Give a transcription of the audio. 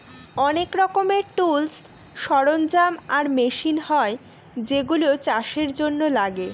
অনেক রকমের টুলস, সরঞ্জাম আর মেশিন হয় যেগুলা চাষের জন্য লাগে